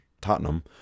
Tottenham